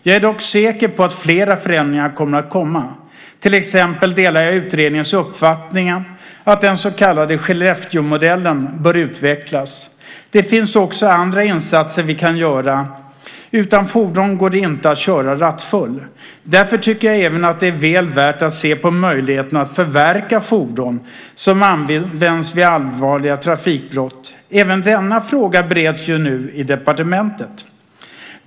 Jag är dock säker på att flera förändringar kommer. Jag delar till exempel utredningens uppfattning att den så kallade Skellefteåmodellen bör utvecklas. Det finns också andra insatser vi kan göra. Utan fordon går det inte att köra rattfull. Därför tycker jag att det är värt att även se på möjligheten att förverka fordon som använts vid allvarliga trafikbrott. Även denna fråga bereds ju nu i departementet.